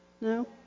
No